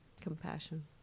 compassion